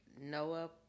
Noah